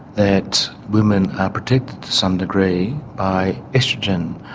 that women are protected to some degree by oestrogen.